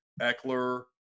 Eckler